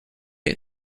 ate